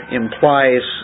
implies